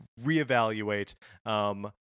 reevaluate